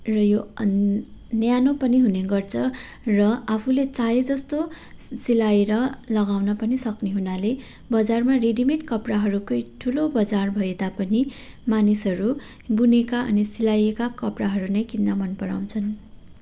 र यो अन न्यानो पनि हुने गर्छ र आफूले चाहे जस्तो सि सिलाएर लगाउन पनि सक्ने हुनाले बजारमा रेडी मेड कपडाहरूकै ठुलो बजार भए तापनि मानिसहरू बुनेका अनि सिलाइएका कपडाहरू नै किन्न मन पराउँछन्